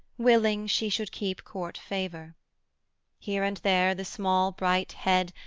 willing she should keep court-favour here and there the small bright head,